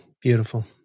Beautiful